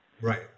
Right